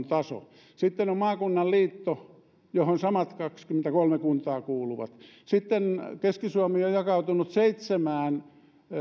taso sitten on on maakunnan liitto johon samat kaksikymmentäkolme kuntaa kuuluvat sitten keski suomi on jakautunut seitsemään